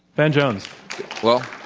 van jones well,